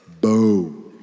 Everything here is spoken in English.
Boom